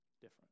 different